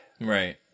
Right